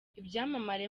ibyamamare